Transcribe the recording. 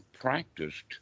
practiced